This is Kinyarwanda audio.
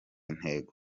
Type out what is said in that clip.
ntego